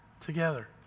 together